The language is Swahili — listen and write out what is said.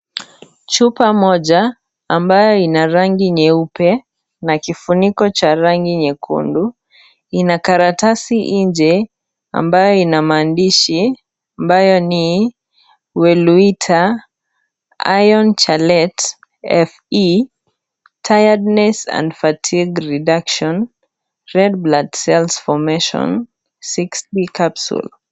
Chupa moja, ambayo ina rangi nyeupe na kifuniko cha rangi nyekundu, lina karatasi nje ambayo ina maandishi ambayo ni Weloita Iron Chelate Fe, Tiredeness and fatigue reduction, red blood cells formation sixty capsules .